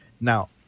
Now